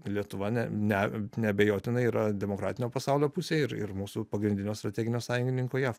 lietuva ne ne neabejotinai yra demokratinio pasaulio pusėje ir ir mūsų pagrindinio strateginio sąjungininko jav